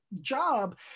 job